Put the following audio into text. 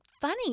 funny